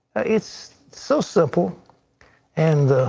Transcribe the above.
it's so simple and